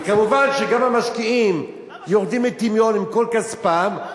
ומובן שגם המשקיעים יורדים לטמיון עם כל כספם,